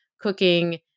cooking